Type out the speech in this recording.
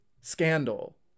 scandal